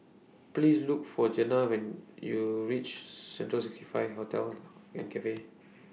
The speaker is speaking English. Please Look For Jena when YOU REACH Central sixty five Hostel and Cafe